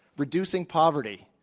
reducing poverty,